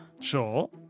Sure